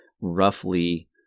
roughly